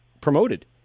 promoted